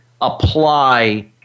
apply